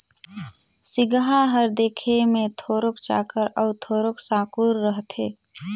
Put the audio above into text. सिगहा हर देखे मे थोरोक चाकर अउ थोरोक साकुर रहथे